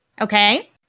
Okay